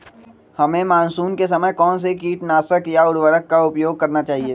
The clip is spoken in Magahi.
हमें मानसून के समय कौन से किटनाशक या उर्वरक का उपयोग करना चाहिए?